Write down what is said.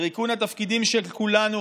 לריקון התפקידים של כולנו,